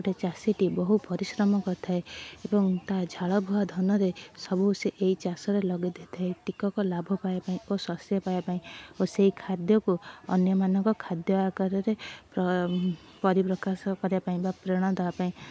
ଗୋଟେ ଚାଷୀଟି ବହୁ ପରିଶ୍ରମ କରିଥାଏ ଏବଂ ତାହା ଝାଳ ବୁହା ଧନରେ ସବୁ ସେ ଏହି ଚାଷରେ ଲଗାଇଦେଇଥାଏ ଟିକକ ଲାଭ ପାଇବା ପାଇଁ ଓ ଶସ୍ୟ ପାଇବା ପାଇଁ ଓ ସେହି ଖାଦ୍ୟକୁ ଅନ୍ୟମାନଙ୍କ ଖାଦ୍ୟ ଆକାରରେ ପରିପ୍ରକାଶ କରିବା ପାଇଁ ବା ପ୍ରେରଣା ଦେବାପାଇଁ